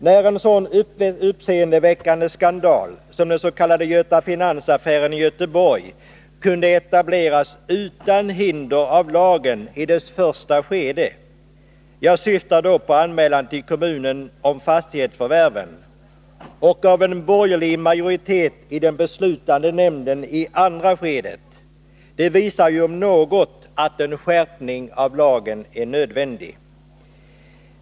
Att en sådan uppseendeväckande skandal som den s.k. Göta Finans-affären i Göteborg kunde etableras utan hinder av lagen i affärens första skede — jag syftar då på anmälan till kommunen om fastighetsförvärven — och utan hinder av en borgerlig majoritet i den beslutande nämnden i andra skedet, visar om 125 något att en skärpning är nödvändig.